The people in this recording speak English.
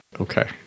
Okay